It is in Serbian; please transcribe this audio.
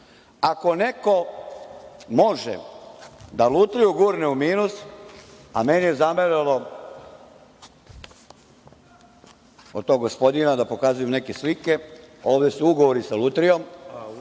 neko može da Lutriju gurne u minus, a meni je zamereno od tog gospodina da pokazujem neke slike. Ovde su ugovori sa Lutrijom.